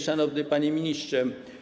Szanowny Panie Ministrze!